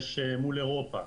יש מול אירופה.